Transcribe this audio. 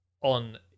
on